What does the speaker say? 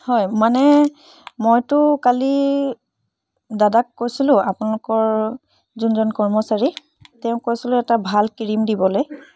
হয় মানে মইতো কালি দাদাক কৈছিলোঁ আপোনালোকৰ যোনজন কৰ্মচাৰী তেওঁক কৈছিলোঁ এটা ভাল ক্ৰীম দিবলৈ